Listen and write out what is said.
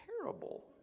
terrible